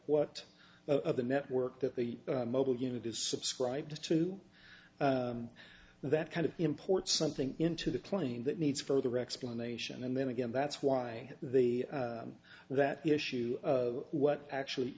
what the network that the mobile unit is subscribed to that kind of import something into the plane that needs further explanation and then again that's why they that issue of what actually